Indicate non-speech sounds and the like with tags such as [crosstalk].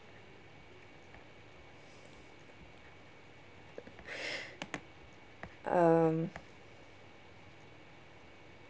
[breath] um